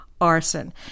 arson